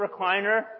recliner